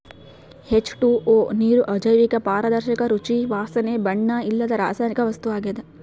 H two O ನೀರು ಅಜೈವಿಕ ಪಾರದರ್ಶಕ ರುಚಿ ವಾಸನೆ ಬಣ್ಣ ಇಲ್ಲದ ರಾಸಾಯನಿಕ ವಸ್ತು ಆಗ್ಯದ